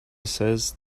says